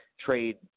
trade